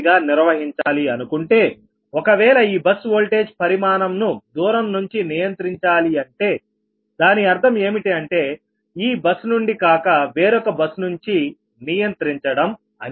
uగా నిర్వహించాలి అనుకుంటేఒకవేళ ఈ బస్ వోల్టేజ్ పరిమాణంను దూరం నుంచి నియంత్రించాలి అంటే దాని అర్థం ఏమిటి అంటే ఈ బస్ నుండి కాక వేరొక బస్ నుంచి నియంత్రించడం అని